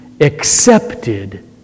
accepted